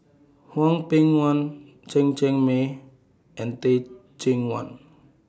Hwang Peng Yuan Chen Cheng Mei and Teh Cheang Wan